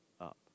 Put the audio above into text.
up